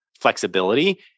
flexibility